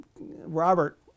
robert